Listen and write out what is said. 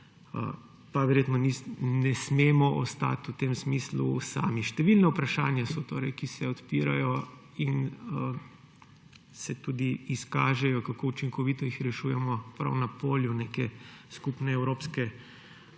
pa verjetno ne smemo ostati v tem smislu sami. Številna vprašanja so torej, ki se odpirajo, in se tudi izkaže, kako učinkovito jih rešujemo, prav na polju neke skupne evropske